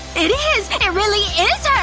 it is! it it really is her!